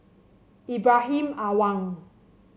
Ibrahim Awang